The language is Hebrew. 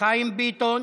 חיים ביטון.